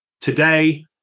Today